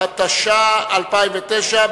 התש"ע 2009,